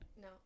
No